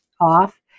off